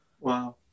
Wow